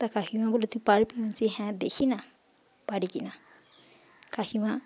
তা কাকিমা বলল তুই পারবি যে হ্যাঁ দেখি না পারি কি না কাকিমা